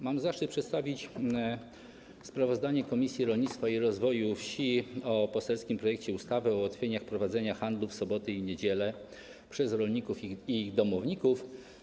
Mam zaszczyt przedstawić sprawozdanie Komisji Rolnictwa i Rozwoju Wsi o poselskim projekcie ustawy o ułatwieniach w prowadzeniu handlu w soboty i niedziele przez rolników i ich domowników.